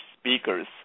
speakers